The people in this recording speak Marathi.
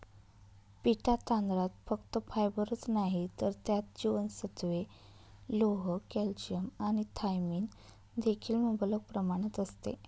पिटा तांदळात फक्त फायबरच नाही तर त्यात जीवनसत्त्वे, लोह, कॅल्शियम आणि थायमिन देखील मुबलक प्रमाणात असते